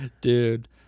Dude